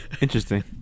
Interesting